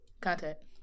contact